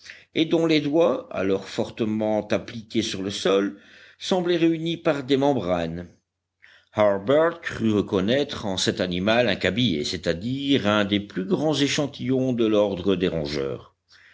et dont les doigts alors fortement appliqués sur le sol semblaient réunis par des membranes harbert crut reconnaître en cet animal un cabiai c'est-à-dire un des plus grands échantillons de l'ordre des rongeurs